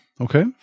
Okay